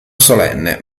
solenne